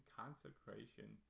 consecration